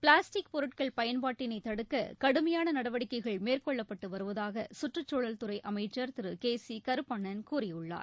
plastic பொருட்கள் பயன்பாட்டினை தவிர்க்க கடுமையான நடவடிக்கைகள் மேற்கொள்ளப்பட்டு வருவதாக சுற்றுச்சூழல் துறை அமைச்சர் திரு கே சி கருப்பணன் கூறியுள்ளார்